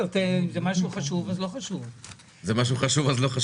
לא יכול להיות שלוקחים לי את האצבע וחותכים